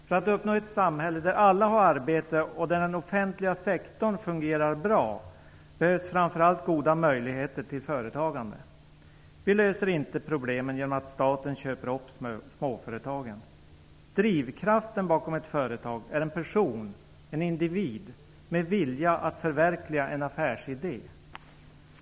För att uppnå ett samhälle där alla har arbete och där den offentliga sektorn fungerar bra behövs framför allt goda möjligheter till företagande. Vi löser inte problemen genom att staten köper upp småföretagen. Drivkraften bakom ett företag är en person, en individ, med vilja att förverkliga en affärsidé.